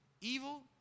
Evil